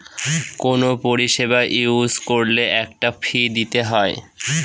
কোনো পরিষেবা ইউজ করলে একটা ফী দিতে হয়